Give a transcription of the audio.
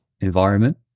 environment